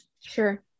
sure